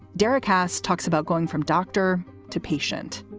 derek has talks about going from doctor to patient.